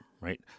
right